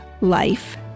life